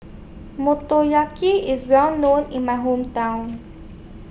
Motoyaki IS Well known in My Hometown